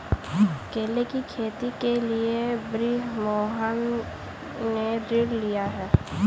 केले की खेती के लिए बृजमोहन ने ऋण लिया है